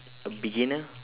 a beginner